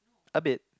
a bit